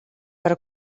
per